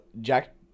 Jack